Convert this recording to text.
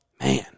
Man